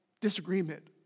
disagreement